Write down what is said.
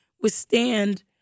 withstand